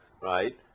right